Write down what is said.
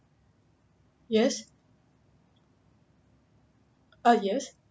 yes uh yes